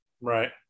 Right